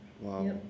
wow